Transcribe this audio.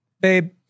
babe